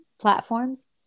Platforms